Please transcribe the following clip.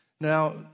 Now